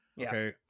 Okay